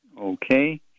Okay